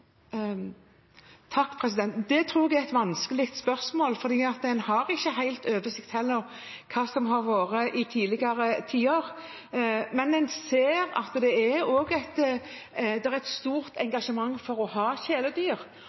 Det tror jeg er et vanskelig spørsmål, for en har ikke helt oversikt over hva som har vært i tidligere tider. Men en ser at det er et stort engasjement for å ha kjæledyr,